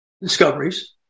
discoveries